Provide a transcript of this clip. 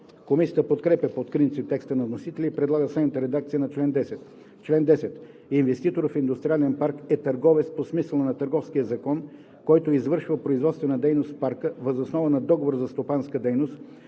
Комисията подкрепя по принцип текста на вносителя и предлага следната редакция на чл. 10: „Чл. 10. Инвеститор в индустриален парк е търговец по смисъла на Търговския закон, който извършва производствена дейност в парка въз основа на договор за стопанска дейност,